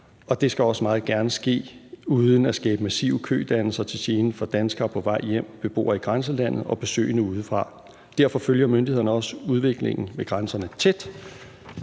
det skal også meget gerne ske uden at skabe massive kødannelser til gene for danskere på vej hjem, beboere i grænselandet og besøgende udefra. Derfor følger myndighederne også udviklingen ved grænserne tæt.